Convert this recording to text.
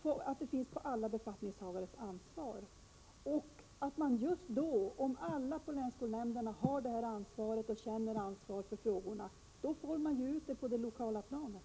Om alla på länsskolenämnderna har, och känner att de har, ansvar för frågorna, då får vi ju ut jämställdhetsansvaret på det lokala planet.